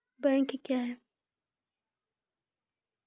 Bank क्या हैं?